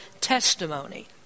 testimony